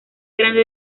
grande